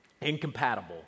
incompatible